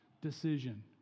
decision